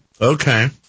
Okay